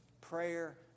Prayer